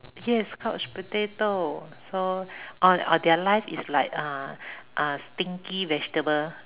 yes couch potato so or or their life is like uh stinky vegetable